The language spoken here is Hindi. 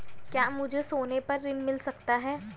क्या मुझे सोने पर ऋण मिल सकता है?